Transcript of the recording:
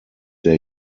der